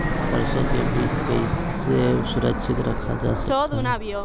सरसो के बीज कैसे सुरक्षित रखा जा सकता है?